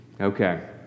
Okay